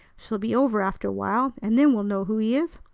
she'll be over after a while, and then we'll know who he is.